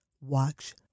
Watch